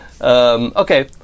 Okay